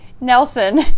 Nelson